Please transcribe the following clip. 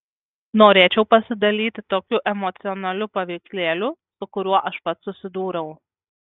norėčiau pasidalyti tokiu emocionaliu paveikslėliu su kuriuo aš pats susidūriau